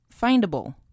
Findable